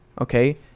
Okay